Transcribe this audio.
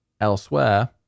elsewhere